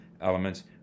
elements